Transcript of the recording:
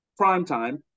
primetime